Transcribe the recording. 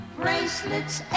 bracelets